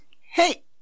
Hey